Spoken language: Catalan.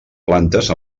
plantes